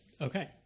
Okay